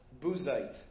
Buzite